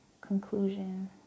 conclusion